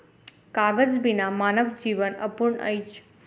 कागज बिना मानव जीवन अपूर्ण अछि